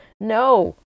No